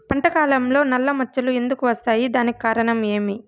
పంట కాలంలో నల్ల మచ్చలు ఎందుకు వస్తాయి? దానికి కారణం ఏమి?